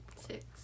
Six